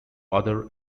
other